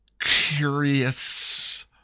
curious